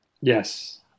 Yes